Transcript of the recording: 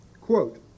quote